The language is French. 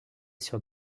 sur